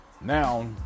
Now